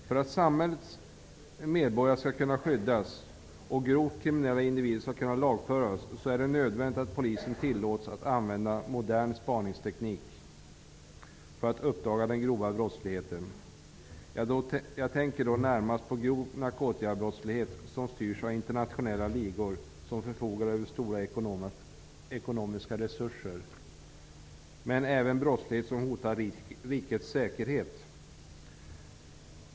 För att samhällets medborgare skall kunna skyddas och grovt kriminella individer skall kunna lagföras, så är det nödvändigt att polisen tillåts använda modern spaningsteknik för att uppdaga den grova brottsligheten. Jag tänker då närmast på grov narkotikabrottslighet som styrs av internationella ligor som förfogar över stora ekonomiska resurser och även brottslighet som hotar rikets säkerhet.